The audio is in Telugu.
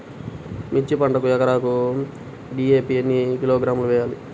మిర్చి పంటకు ఎకరాకు డీ.ఏ.పీ ఎన్ని కిలోగ్రాములు వేయాలి?